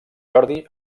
jordi